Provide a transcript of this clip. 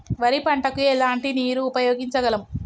వరి పంట కు ఎలాంటి నీరు ఉపయోగించగలం?